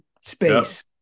space